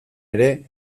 ere